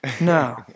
No